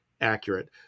accurate